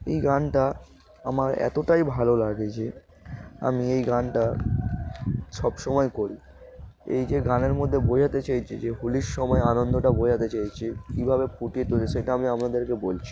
এই গানটা আমার এতটাই ভালো লাগে যে আমি এই গানটা সবসময় করি এই যে গানের মধ্যে বোঝাতে চেয়েছে যে হোলির সময় আনন্দটা বোঝাতে চেয়েছে কীভাবে ফুটিয়ে তোলে সেটা আমি আপনাদেরকে বলছি